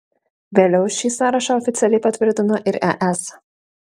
vėliau šį sąrašą oficialiai patvirtino ir es